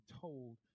told